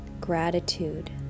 Gratitude